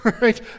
right